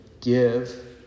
Give